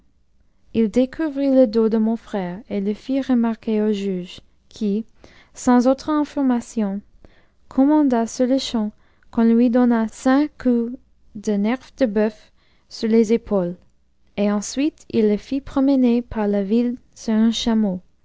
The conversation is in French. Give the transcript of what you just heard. découvrit le dos de mcn frère et le fit remarquer au juge qui sans autre infbrmation commanda sur-le-champ qu'on lui donnât cent coups de nerf de bœuf sur les épaules et ensuite il le fit promener par la ville sur un chameau